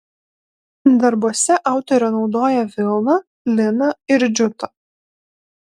darbuose autorė naudoja vilną liną ir džiutą